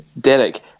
Derek